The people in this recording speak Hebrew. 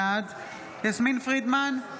בעד יסמין פרידמן,